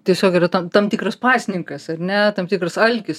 tiesiog yra tam tam tikras pasninkas ar ne tam tikras alkis